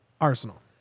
Arsenal